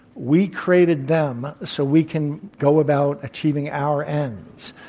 we created them, so we can go about achieving our ends.